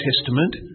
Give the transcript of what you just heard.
Testament